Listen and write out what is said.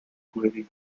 quarry